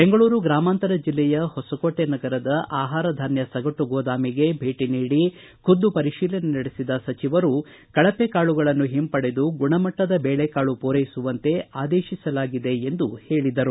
ಬೆಂಗಳೂರು ಗ್ರಾಮಾಂತರ ಜಿಲ್ಲೆಯ ಹೊಸಕೋಟೆ ನಗರದ ಆಹಾರ ಧಾನ್ಯ ಸಗಟು ಗೋದಾಮಿಗೆ ಭೇಟಿ ನೀಡಿ ಖುದ್ದು ಪರಿಶೀಲನೆ ನಡೆಸಿದ ಸಚಿವರು ಹಾಗೆಯೇ ಗುಣಮಟ್ಟವಿಲ್ಲದ ಕಾಳುಗಳನ್ನು ಹಿಂಪಡೆದು ಗುಣಮಟ್ಟದ ಬೇಳೆ ಕಾಳು ಪೂರೈಸುವಂತೆ ಆದೇಶಿಸಲಾಗಿದೆ ಎಂದ ಹೇಳಿದರು